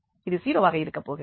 இது 0 வாக இருக்கப் போகிறது